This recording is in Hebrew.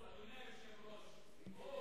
אם תיתן לי, אדוני היושב-ראש, פה